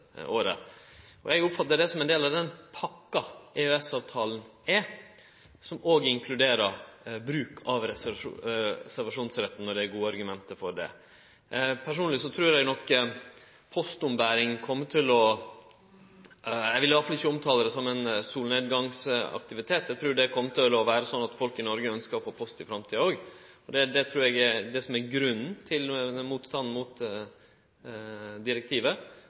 året. Eg oppfattar det som ein del av den pakka som EØS-avtalen er, som òg inkluderer bruk av reservasjonsretten når det er gode argument for det. Personleg trur eg at når det gjeld postombering, kjem det til å vere slik – eg vil iallfall ikkje omtale det som ein solnedgangsaktivitet – at folk i Noreg ønskjer å få post i framtida òg. Det eg trur er grunnen til motstanden mot direktivet,